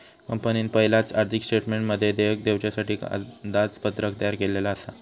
कंपनीन पयलाच आर्थिक स्टेटमेंटमध्ये देयक दिवच्यासाठी अंदाजपत्रक तयार केल्लला आसा